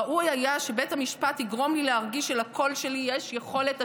ראוי היה שבית המשפט יגרום לי להרגיש שלקול שלי יש יכולת השפעה.